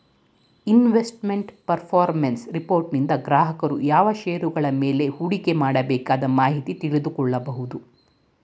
investment performance ರಿಪೋರ್ಟನಿಂದ ಗ್ರಾಹಕರು ಯಾವ ಶೇರುಗಳ ಮೇಲೆ ಹೂಡಿಕೆ ಮಾಡಬೇಕದ ಮಾಹಿತಿ ತಿಳಿದುಕೊಳ್ಳ ಕೊಬೋದು